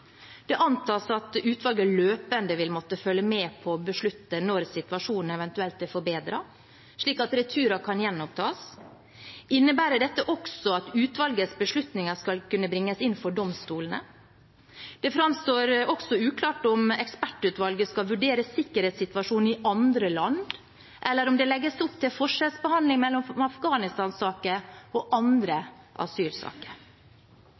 Det antas at utvalget løpende vil måtte følge med på og beslutte når situasjonen eventuelt er forbedret, slik at returer kan gjenopptas. Innebærer dette også at utvalgets beslutninger skal kunne bringes inn for domstolene? Det framstår også uklart om ekspertutvalget skal vurdere sikkerhetssituasjonen i andre land, eller om det legges opp til forskjellsbehandling mellom Afghanistan-saker og